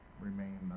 remain